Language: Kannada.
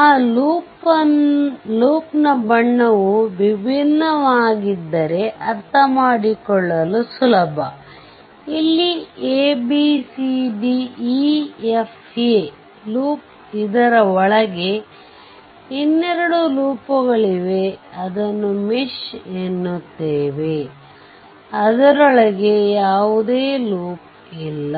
ಆ ಲೂಪ್ ನ ಬಣ್ಣವು ವಿಭಿನ್ನ ವಾಗಿದ್ದಾರೆ ಅರ್ಥಮಾಡಿಕೊಳ್ಳಲು ಸುಲಭ ಇಲ್ಲಿ a b c d e f a loop ಇದರ ಒಳಗೆ ಇನ್ನೆರಡು ಲೂಪ್ ಗಳಿವೆ ಅದನ್ನು ಮೆಶ್ ಎನ್ನುತ್ತೇವೆ ಅದರೊಳಗೆ ಯಾವುದೇ ಲೂಪ್ ಇಲ್ಲ